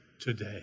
today